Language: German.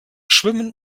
schwimmen